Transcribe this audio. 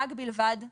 פג בלבד אמרתי.